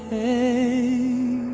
a